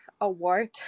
award